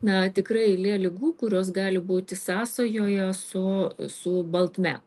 na tikrai eilė ligų kurios gali būti sąsajoje su su baltme